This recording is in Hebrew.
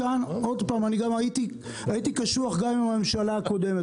הייתי קשוח גם עם הממשלה הקודמת.